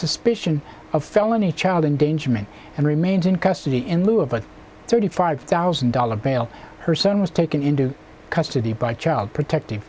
suspicion of felony child endangerment and remains in custody in lieu of a thirty five thousand dollars bail her son was taken into custody by child protective